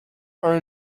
are